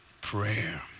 prayer